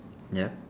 ya